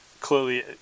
Clearly